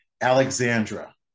Alexandra